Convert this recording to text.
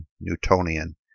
Newtonian